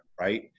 right